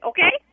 Okay